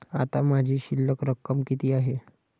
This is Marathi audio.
आता माझी शिल्लक रक्कम किती आहे?